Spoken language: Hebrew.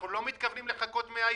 אנחנו לא מתכוונים לחכות 100 ימים.